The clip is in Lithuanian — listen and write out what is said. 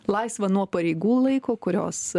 laisvą nuo pareigų laiko kurios